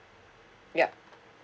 ya